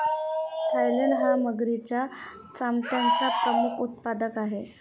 Thailand हा मगरीच्या चामड्याचा प्रमुख उत्पादक आहे